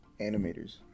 animators